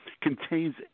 contains